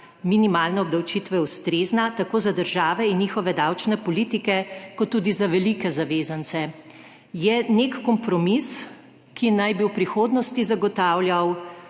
minimalne obdavčitve ustrezna tako za države in njihove davčne politike kot tudi za velike zavezance. Je nek kompromis, ki naj bi v prihodnosti zagotavljal